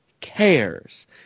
cares